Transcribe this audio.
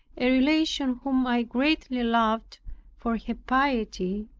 a relation whom i greatly loved for her piety,